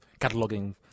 cataloging